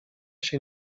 się